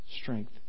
strength